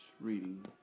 reading